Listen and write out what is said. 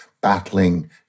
battling